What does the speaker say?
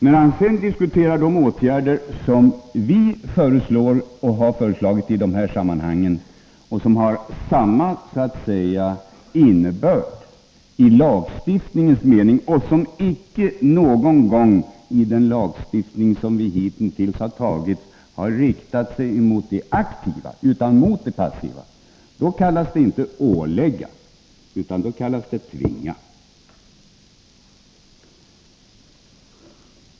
När han sedan diskuterar de åtgärder som vi föreslagit i detta sammanhang och som har samma innebörd i lagstiftningens mening — och som dessutom inte någon gång riktat sig mot de aktiva, utan mot de passiva — då heter det inte att ålägga, utan det kallas att tvinga.